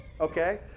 okay